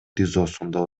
тизосунда